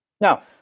Now